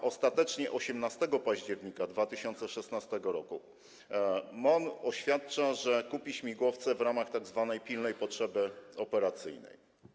A ostatecznie 18 października 2016 r. MON oświadcza, że kupi śmigłowce w ramach tzw. pilnej potrzeby operacyjnej.